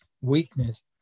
weakness